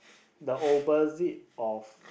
the opposite of